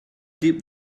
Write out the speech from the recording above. deep